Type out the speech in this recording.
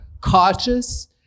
cautious